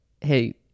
Hey